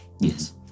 Yes